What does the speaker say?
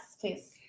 please